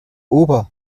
ober